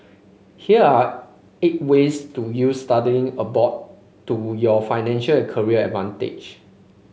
here are eight ways to use studying abroad to your financial and career advantage